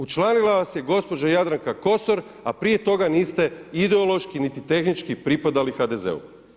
Učlanila vas je gospođa Jadranka Kosor a prije toga niste ideološki niti tehnički pripadali HDZ-u.